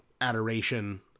adoration